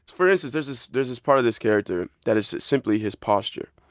for instance, there's this there's this part of this character that is simply his posture.